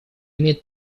имеет